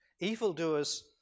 Evildoers